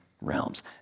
realms